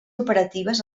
operatives